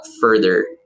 further